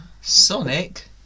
Sonic